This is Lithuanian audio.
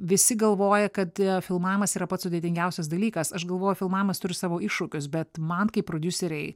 visi galvoja kad filmavimas yra pats sudėtingiausias dalykas aš galvoju filmavimas turi savo iššūkius bet man kaip prodiuserei